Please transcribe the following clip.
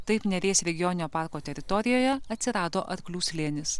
taip neries regioninio parko teritorijoje atsirado arklių slėnis